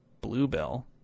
Bluebell